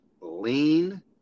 lean